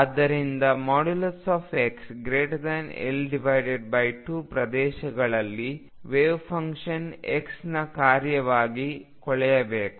ಆದ್ದರಿಂದ xL2 ಪ್ರದೇಶಗಳಲ್ಲಿ wavefunction x ನ ಕಾರ್ಯವಾಗಿ ಕೊಳೆಯಬೇಕು